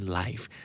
life